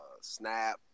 Snap